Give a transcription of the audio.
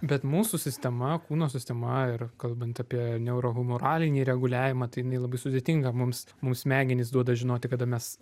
bet mūsų sistema kūno sistema ir kalbant apie neurohumoralinį reguliavimą tai jinai labai sudėtinga mums mums smegenys duoda žinoti kada mes